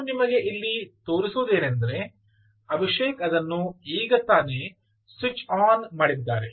ನಾನು ನಿಮಗೆ ಇಲ್ಲಿ ತೋರಿಸುವುದೇನೆಂದರೆ ಅಭಿಷೇಕ್ ಅದನ್ನು ಈಗ ತಾನೆ ಸ್ವಿಚ್ ಆನ್ ಮಾಡಿದ್ದಾರೆ